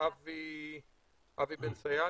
אבי בן אסאייג?